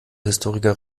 historiker